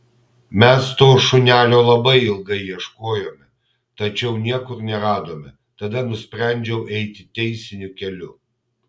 mes to šunelio labai ilgai ieškojome tačiau niekur neradome tada nusprendžiau eiti teisiniu keliu